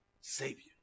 Savior